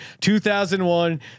2001